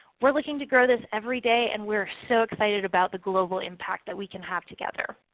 we are looking to grow this every day, and we are so excited about the global impact that we can have together.